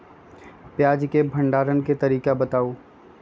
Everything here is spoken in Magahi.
प्याज के भंडारण के तरीका बताऊ?